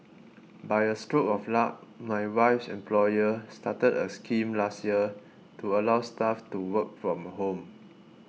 by a stroke of luck my wife's employer started a scheme last year to allow staff to work from home